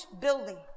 building